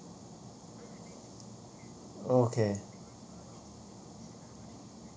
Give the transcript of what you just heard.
okay